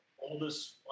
oldest